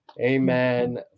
amen